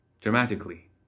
Dramatically